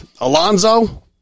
Alonzo